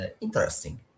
interesting